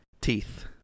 Teeth